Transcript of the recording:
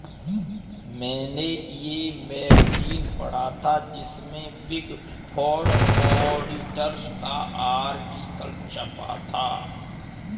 मेने ये मैगज़ीन पढ़ा था जिसमे बिग फॉर ऑडिटर्स का आर्टिकल छपा था